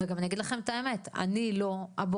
אני גם אגיד לכם את האמת: אני לא הבוררת,